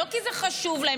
לא כי זה חשוב לה,